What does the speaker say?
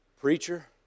Preacher